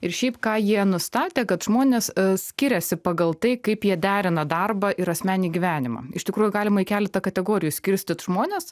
ir šiaip ką jie nustatė kad žmonės skiriasi pagal tai kaip jie derina darbą ir asmeninį gyvenimą iš tikrųjų galima į keletą kategorijų skirstyt žmones